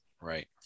right